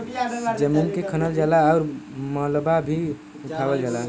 जमीन के खनल जाला आउर मलबा भी उठावल जाला